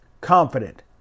confident